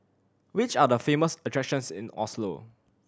which are the famous attractions in Oslo